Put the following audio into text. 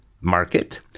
market